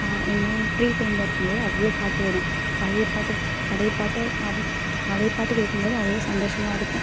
எங்கள் ரூமில் ஃப்ரீ டைமில் இருக்கும்போது அவ்வளோ பாட்டு ஓடும் பழைய பாட்டு பழைய பாட்டு பழைய பாட்டு கேட்கும்போது அவ்வளோ சந்தோஷமாக இருக்கும்